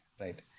right